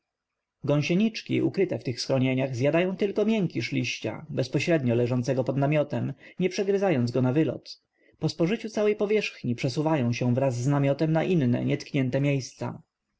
materyi gąsieniczki ukryte w tych schronieniach zjadają tylko miękisz liścia bezpośrednio leżącego pod namiotem nie przegryzając go na wylot po spożyciu całej powierzchni przesuwają się wraz z namiotem na inne nietknięte miejsca